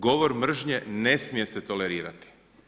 Govor mržnje ne smije se tolerirati.